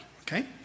okay